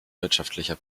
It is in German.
wirtschaftlicher